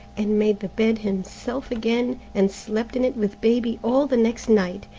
and made the bed himself again, and slept in it with baby all the next night,